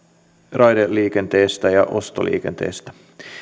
raideliikenteestä ja ostoliikenteestä